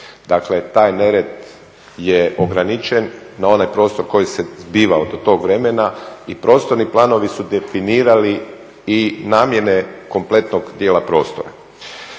Dakle taj nered je ograničen na onaj prostor koji se zbivao do tog vremena i prostorni planovi su definirali i namjene kompletnog dijela prostora.